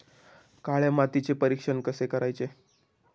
काळ्या मातीचे परीक्षण कसे करायचे?